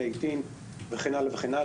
18 וכן הלאה,